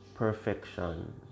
perfection